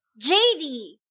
JD